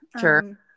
Sure